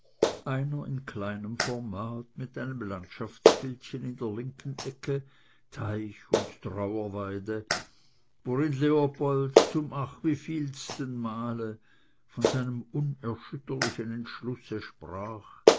einer in kleinem format mit einem landschaftsbildchen in der linken ecke teich und trauerweide worin leopold zum ach wievielsten male von seinem unerschütterlichen entschlusse sprach